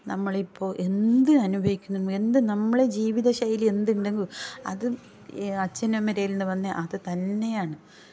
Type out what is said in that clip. നമ്മളിപ്പോൾ എന്ത് അനുഭവിക്കുന്നു എന്ത് നമ്മൾ ജീവിത ശൈലി എന്തുണ്ടെങ്കിലും അത് അച്ഛനും അമ്മയുടെയിൽ നിന്ന് വന്ന അത് തന്നെയാണ്